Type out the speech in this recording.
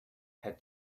had